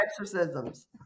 exorcisms